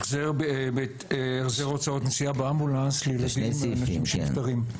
החזר הוצאות נסיעה לילדים של אנשים שנפטרים.